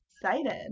excited